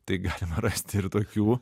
tai galima rasti ir tokių